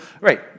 Right